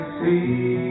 see